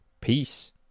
Peace